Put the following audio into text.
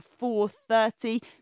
4.30